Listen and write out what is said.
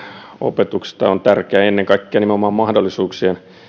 opetuksesta on tärkeä ennen kaikkea nimenomaan mahdollisuuksien